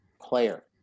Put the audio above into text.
player